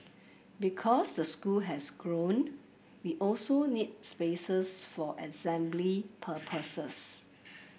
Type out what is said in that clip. because the school has grown we also need spaces for assembly purposes